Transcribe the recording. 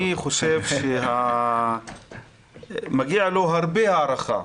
אני חושב שמגיעה לו הרבה הערכה,